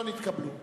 לא נתקבלו.